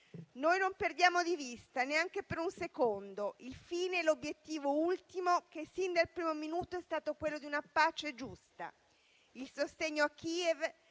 Noi non perdiamo di vista, neanche per un secondo, il fine e l'obiettivo ultimo che, sin dal primo minuto, sono stati quelli di una pace giusta.